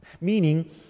Meaning